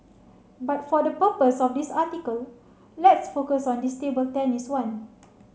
but for the purpose of this article let's focus on this table tennis one